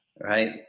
right